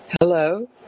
Hello